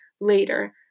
later